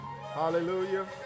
Hallelujah